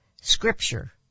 Scripture